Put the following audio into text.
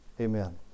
Amen